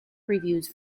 reviews